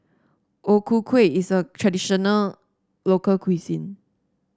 O Ku Kueh is a traditional local cuisine